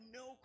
no